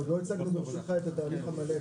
עוד לא הצגנו את התהליך המלא,